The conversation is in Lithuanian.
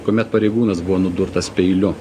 kuomet pareigūnas buvo nudurtas peiliu